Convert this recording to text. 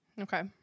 Okay